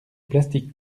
plastique